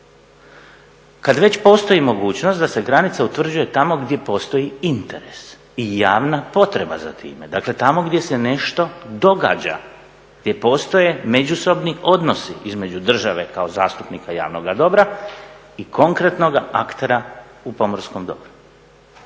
Kad već postoji mogućnost da se granica utvrđuje tamo gdje postoji interes i javna potreba za time. Dakle, tamo gdje se nešto događa, gdje postoje međusobni odnosi između države kao zastupnika javnoga dobra i konkretnoga aktera u pomorskom dobru.